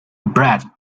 brad